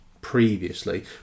previously